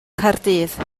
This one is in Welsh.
caerdydd